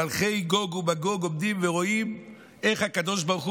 מלכי גוג ומגוג עומדים ורואים איך הקדוש ברוך הוא